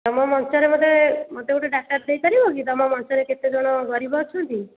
ତୁମ ମଞ୍ଚରେ ମୋତେ ମୋତେ ଗୋଟେ ଡାଟା ଦେଇପାରିବ କି ତୁମ ମଞ୍ଚରେ କେତେ ଜଣ ଗରିବ ଅଛନ୍ତି